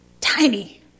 tiny